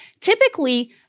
Typically